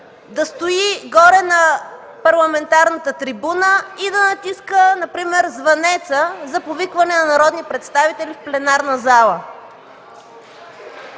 да стои горе на парламентарната трибуна и да натиска например звънеца за повикване на народните представители в пленарната зала.